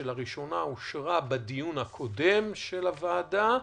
שלראשונה אושרה בדיון הקודם של הוועדה.